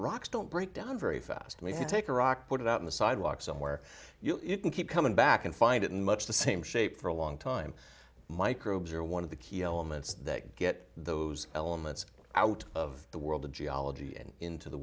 rocks don't break down very fast i mean take a rock put it out on the sidewalk somewhere you can keep coming back and find it in much the same shape for a long time microbes are one of the key elements that get those elements out of the world of geology and into the